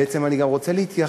בעצם אני גם רוצה להתייחס